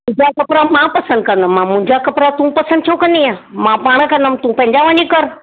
तुहिंजा कपिड़ा मां पसंदि कंदमि मां मुंहिंंजा कपिड़ा तू पसंदि छो कंदीअ मां पाण कंदमि तू पंहिंजा वञी कर